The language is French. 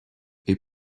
est